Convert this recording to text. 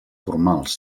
formals